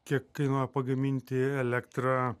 kiek kainuoja pagaminti elektrą